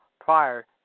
prior